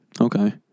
Okay